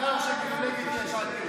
מצאנו את האלי אבידר של מפלגת יש עתיד,